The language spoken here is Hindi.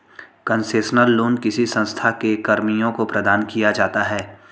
कंसेशनल लोन किसी संस्था के कर्मियों को प्रदान किया जाता है